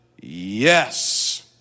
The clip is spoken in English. yes